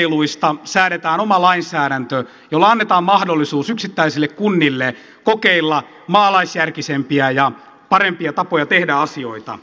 kuntakokeiluista säädetään oma lainsäädäntö jolla annetaan mahdollisuus yksittäisille kunnille kokeilla maalaisjärkisempiä ja parempia tapoja tehdä asioita